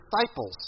disciples